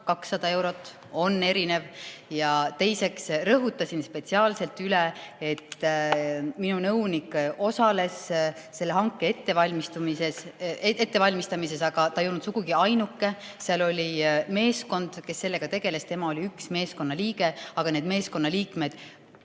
1200 eurot – on erinev summa. Ja teiseks rõhutasin spetsiaalselt üle, et minu nõunik osales selle hanke ettevalmistamises, aga ta ei olnud sugugi ainuke. Seal oli meeskond, kes sellega tegeles, tema oli üks meeskonnaliige. Aga kõik ülejäänud meeskonnaliikmed